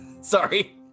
Sorry